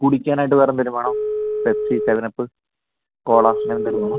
കുടിക്കാനായിട്ട് വേറെ എന്തേലും വേണോ പെപ്സി സെവൻ അപ് കോള അങ്ങനെന്തേലും വേണോ